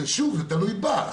זה תלוי בך.